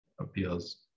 appeals